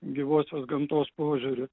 gyvosios gamtos požiūriu